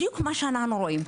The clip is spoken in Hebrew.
בדיוק מה שאנחנו רואים,